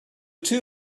two